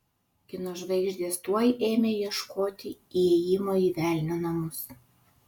kino žvaigždės tuoj ėmė ieškoti įėjimo į velnio namus